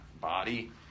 body